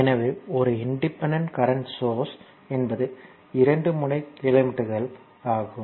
எனவே ஒரு independent current source என்பது இரண்டு முனைய எலிமெண்ட்கள் ஆகும்